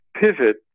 pivot